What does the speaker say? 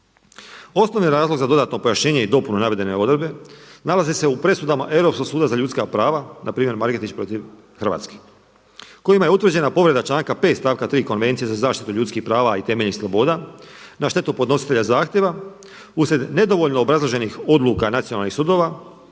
Osnovni razlog za dodatno pojašnjenje i dopunu navedene odredbe nalazi se u presudama Europskog suda za ljudska prava, npr. Margetić protiv Hrvatske, kojima je utvrđena povreda članka 5. stavka 3. Konvencije za zaštitu ljudskih prava i temeljnih sloboda na štetu podnositelja zahtjeva uslijed nedovoljno obrazloženih odluka nacionalnih sudova